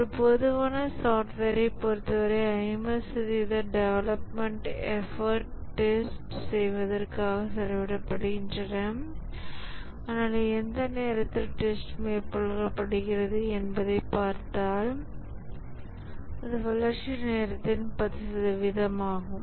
ஒரு பொதுவான சாஃப்ட்வேரை பொறுத்தவரை 50 சதவீத டெவலப்மெண்ட் எஃபாட் டெஸ்ட் செய்வதற்காக செலவிடப்படுகின்றன ஆனால் எந்த நேரத்தில் டெஸ்ட் மேற்கொள்ளப்படுகிறது என்பதைப் பார்த்தால் அது வளர்ச்சி நேரத்தின் 10 சதவீதமாகும்